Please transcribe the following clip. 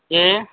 جی